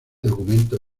documento